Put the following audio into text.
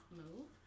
move